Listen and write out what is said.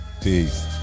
Peace